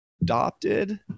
adopted